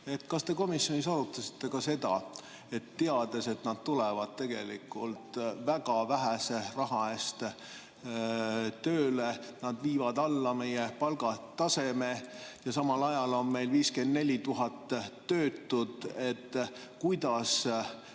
Kas te komisjonis arutasite ka seda, et teades, et nad tulevad tegelikult väga vähese raha eest tööle, nad viivad alla meie palgataseme? Samal ajal on meil 54 000 töötut. Kuidas